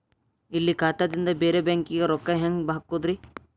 ಇಲ್ಲಿ ಖಾತಾದಿಂದ ಬೇರೆ ಬ್ಯಾಂಕಿಗೆ ರೊಕ್ಕ ಹೆಂಗ್ ಹಾಕೋದ್ರಿ?